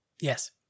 Yes